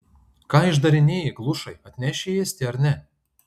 ką išdarinėji glušai atneši ėsti ar ne